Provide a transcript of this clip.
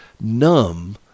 numb